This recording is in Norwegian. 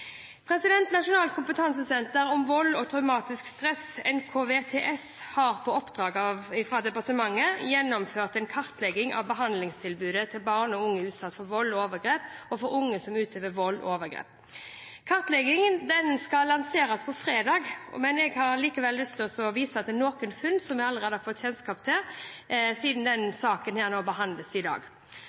om vold og traumatisk stress, NKVTS, har på oppdrag fra departementet gjennomført en kartlegging av behandlingstilbudet til barn og unge som er utsatt for vold og overgrep, og for unge som utøver vold og overgrep. Kartleggingen skal lanseres på fredag, men jeg vil likevel vise til noen funn som jeg allerede har fått kjennskap til, siden denne saken behandles her i dag. Kartleggingen viser at det finnes behandlingstilbud til unge overgripere i